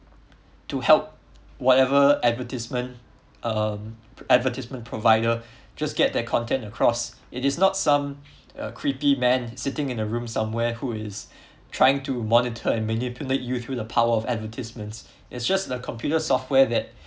to help whatever advertisement um advertisement provider just get their content across it is not some uh creepy man sitting in the room somewhere who is trying to monitor and manipulate you through the power of advertisements it's just a computer software that